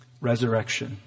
resurrection